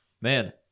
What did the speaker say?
Man